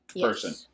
person